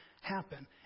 happen